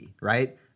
right